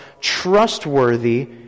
trustworthy